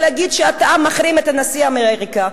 להגיד שאתה מחרים את נשיא אמריקה.